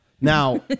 Now